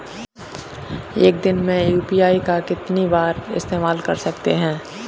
एक दिन में यू.पी.आई का कितनी बार इस्तेमाल कर सकते हैं?